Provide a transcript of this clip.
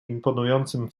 imponującym